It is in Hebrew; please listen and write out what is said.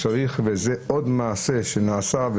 זהו עוד מעשה שנעשה,